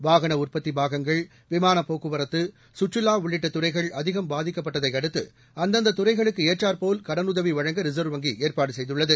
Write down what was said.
வாகன உற்பத்தி பாகங்கள் விமான போக்குவரத்து சுற்றுலா உள்ளிட்ட துறைகள் அதிகம் பாதிக்கப்பட்டதையடுத்து அந்தந்த துறைகளுக்கு ஏற்றாற் போல கடனுதவி வழங்க ரிசர்வ் வங்கி ஏற்பாடு செய்துள்ளது